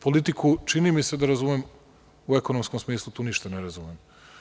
Politiku, čini mi se da, razumem, u ekonomskom smislu tu ništa ne razumem.